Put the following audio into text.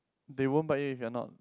they won't bite you if you're not